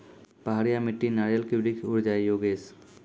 पहाड़िया मिट्टी नारियल के वृक्ष उड़ जाय योगेश?